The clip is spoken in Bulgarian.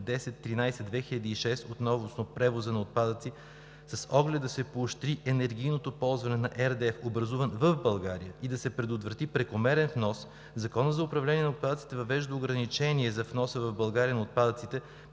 1013/2006 относно превози на отпадъци. С оглед да се поощри енергийното оползотворяване на RDF, образуван в България, и да се предотврати прекомерен внос, Законът за управление на отпадъците въвежда ограничение за внос в България на отпадъци,